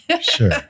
Sure